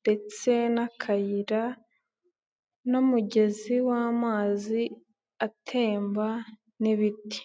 ndetse n'akayira n'umugezi w'amazi atemba n'ibiti.